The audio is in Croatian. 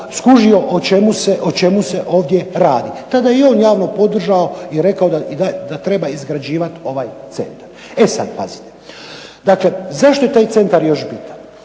skužio o čemu se ovdje radi. Tada je i on javno podržao i rekao da treba izgrađivat ovaj centar. E sad pazite, dakle zašto je taj centar još bitan?